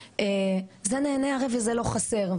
זה נהנה הרי וזה לא חסר,